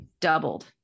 doubled